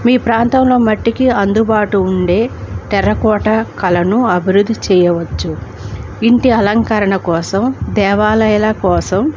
మీ ప్రాంతంలో మట్టికి అందుబాటు ఉండే టెర్రకోట కళలను అభివృద్ధి చేయవచ్చు ఇంటి అలంకరణ కోసం దేవాలయాల కోసం